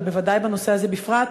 אבל בוודאי בנושא הזה בפרט,